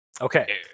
Okay